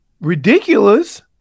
ridiculous